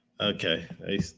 Okay